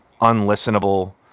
unlistenable